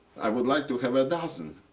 i would like to have a dozen.